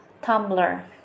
Tumblr